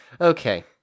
Okay